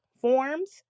forms